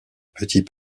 petit